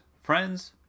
friends